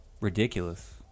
ridiculous